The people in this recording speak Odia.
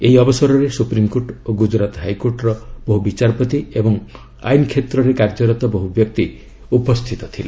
ଏହି ଅବସରରେ ସୁପ୍ରିମ୍କୋର୍ଟ ଓ ଗୁଜରାତ ହାଇକୋର୍ଟର ବହୁ ବିଚାରପତି ଓ ଆଇନ୍ କ୍ଷେତ୍ୱରେ କାର୍ଯ୍ୟରତ ବହୁ ବ୍ୟକ୍ତି ଉପସ୍ଥିତ ଥିଲେ